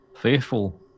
faithful